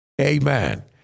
Amen